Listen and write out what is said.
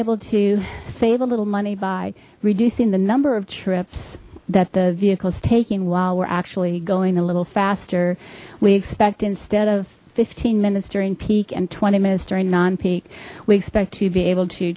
able to save a little money by reducing the number of trips that the vehicle is taking while we're actually going a little faster we expect instead of fifteen minutes during peak and twenty minutes during non peak we expect to be able to